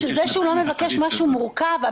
הוא לא מבקש משהו מורכב,